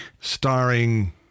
starring